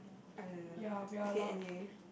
uh okay anyway